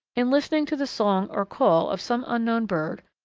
in listening to the song or call of some unknown bird,